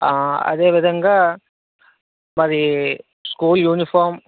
అదే విధంగా మరీ స్కూల్ యూనిఫార్మ్